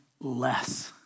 less